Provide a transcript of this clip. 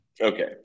okay